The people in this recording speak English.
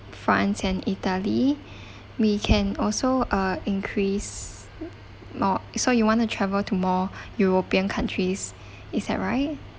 france and italy we can also uh increase more so you wanna travel to more european countries is that right